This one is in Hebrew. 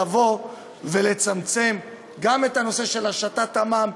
לבוא ולצמצם גם את הנושא של השתת המע"מ,